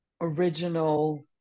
original